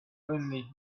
only